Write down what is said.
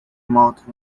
mouth